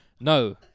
No